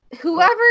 whoever